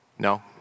No